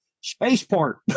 spaceport